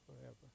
forever